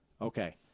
Okay